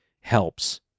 helps